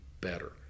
better